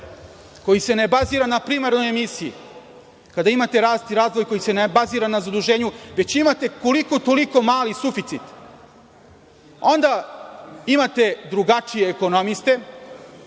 koji se ne bazira na primarnoj emisiji, kada imate rast i razvoj koji se ne bazira na zaduženju, već imate koliko-toliko mali suficit, onda imate drugačije ekonomiste